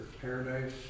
paradise